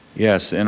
yes, and